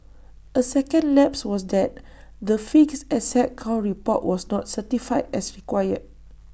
A second lapse was that the fixed asset count report was not certified as required